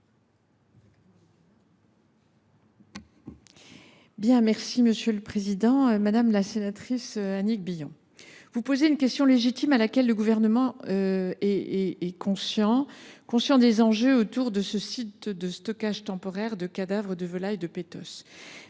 est à Mme la ministre. Madame la sénatrice Annick Billon, vous posez une question légitime et le Gouvernement est conscient des enjeux autour de ce site de stockage temporaire de cadavres de volailles de Petosse.